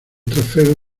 trofeo